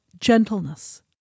gentleness